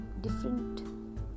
different